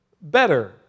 better